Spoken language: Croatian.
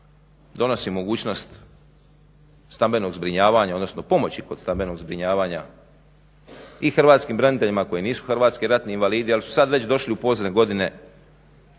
donosi mogućnost stambenog zbrinjavanja, odnosno pomoći kod stambenog zbrinjavanja i hrvatskim braniteljima koji nisu hrvatski ratni invalidi, ali su sad već došli u pozne godine.